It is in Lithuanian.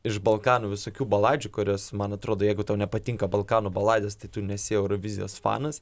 iš balkanų visokių baladžių kurios man atrodo jeigu tau nepatinka balkanų baladės tai tu nesi eurovizijos fanas